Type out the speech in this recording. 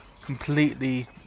completely